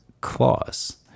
clause